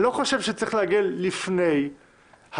אני חושב שלא צריך לעגל לפני ההכפלה.